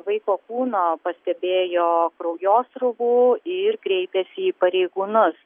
vaiko kūno pastebėjo kraujosruvų ir kreipėsi į pareigūnus